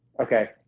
Okay